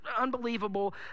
unbelievable